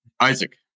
Isaac